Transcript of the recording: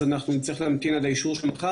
אז אנחנו נצטרך להמתין עד לאישור של מחר?